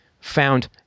found